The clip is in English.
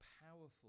powerful